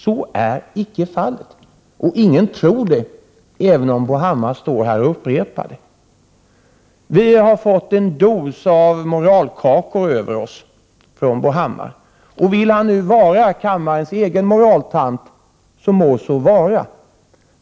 Så är icke fallet. Ingen tror det, även om Bo Hammar står här och upprepar det. Vi har fått en dos moralkakor över oss från Bo Hammar. Det må så vara om han vill vara kammarens egen moraltant.